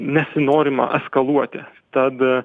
nesinorima eskaluoti tad